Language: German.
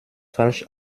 falsch